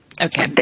Okay